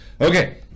Okay